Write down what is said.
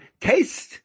taste